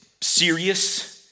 serious